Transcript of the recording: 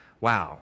Wow